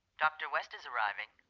dr. west is arriving.